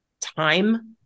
time